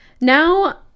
Now